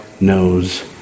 knows